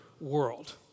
world